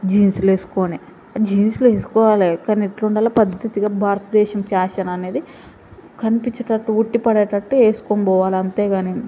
జీన్సులు వేసుకొనే జీన్సులు వేసుకోవాలి కానీ ఎట్లా ఉండాలి పద్ధతిగా భారతదేశం ఫ్యాషన్ అనేది కనిపించేటట్టు ఉట్టిపడేటట్టు వేసుకొని పోవాలి అంతే గాని